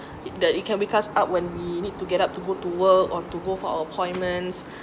the it can because up when we need to get up to go to work or to go for appointments